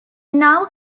now